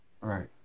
Right